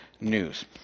news